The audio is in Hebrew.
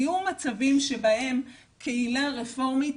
היו מצבים שבהם קהילה רפורמית